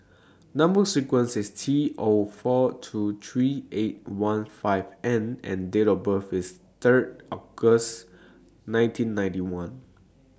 Number sequence IS T O four two three eight one five N and Date of birth IS Third August nineteen ninety one